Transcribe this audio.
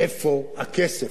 איפה הכסף?